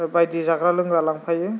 बेबादि जाग्रा लोंग्रा लांफायो